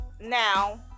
now